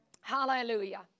Hallelujah